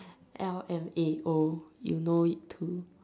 L M A O you know it too